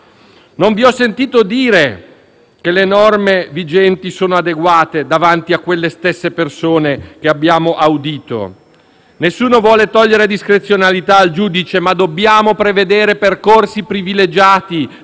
non vi ho sentito dire che le norme vigenti sono adeguate davanti alle persone che abbiamo audito. Nessuno vuole togliere discrezionalità al giudice, ma dobbiamo prevedere percorsi privilegiati